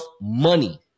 money